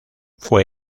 fue